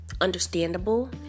understandable